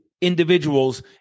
individuals